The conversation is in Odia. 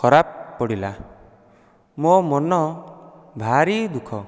ଖରାପ ପଡ଼ିଲା ମୋ ମନ ଭାରି ଦୁଃଖ